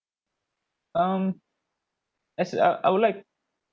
um as in I I would like